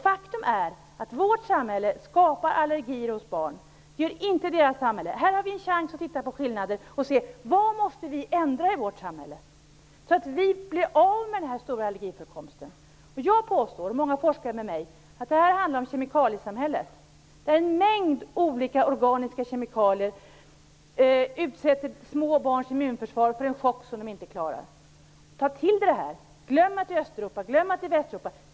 Faktum är att vårt samhälle skapar allergier hos barn. Det gör inte deras samhälle. Här har vi en chans att titta på skillnaden och se vad vi måste ändra i vårt samhälle så att vi blir av med den stora allergiförekomsten. Jag påstår, och många forskare med mig, att det här handlar om kemikaliesamhället, där en mängd olika organiska kemikalier utsätter små barns immunförsvar för en chock som de inte klarar. Ta till er det här! Glöm att det är Östeuropa, glöm att det är Västeuropa!